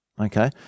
Okay